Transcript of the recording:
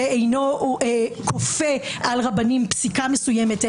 שאינו כופה על רבנים פסיקה מסוימת,